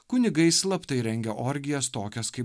kunigai slaptai rengia orgijas tokias kaip